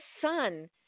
son